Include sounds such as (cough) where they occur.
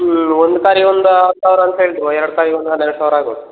ಹ್ಞೂ ಒಂದು ಸಾರಿ ಒಂದು ಹತ್ತು ಸಾವಿರ ಅಂತ (unintelligible) ಎರಡು ಸಾರಿ ಒಂದು ಹನ್ನೆರಡು ಸಾವಿರ ಆಗ್ಬೋದು